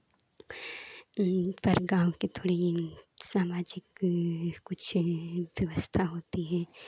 पर गाँव के थोड़ी सामाजिक कुछ व्यवस्था होती है